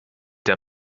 der